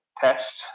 test